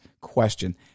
question